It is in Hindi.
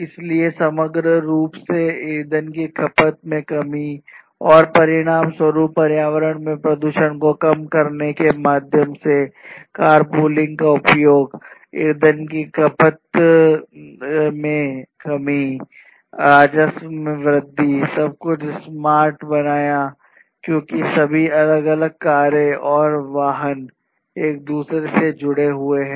इसलिए समग्र रूप से ईंधन की खपत में कमी और परिणामस्वरूप पर्यावरण में प्रदूषण को कम करना के माध्यम से कार पूलिंग का उपयोग ईंधन की खपत में कमी राजस्व में वृद्धि सब कुछ स्मार्ट बनाना क्योंकि सभी अलग अलग कारें और वाहन एक दूसरे से जुड़े हुए हैं